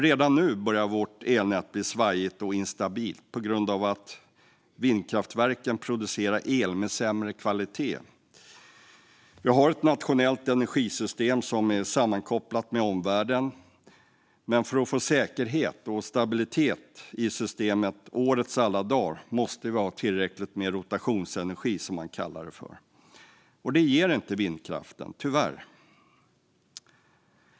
Redan nu börjar vårt elnät bli svajigt och instabilt på grund av att vindkraftverken producerar el med sämre kvalitet. Vi har ett nationellt energisystem som är sammankopplat med omvärlden, men för att få säkerhet och stabilitet i systemet under årets alla dagar måste vi ha tillräckligt med rotationsenergi, som det kallas. Det ger inte vindkraften tyvärr.